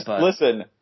Listen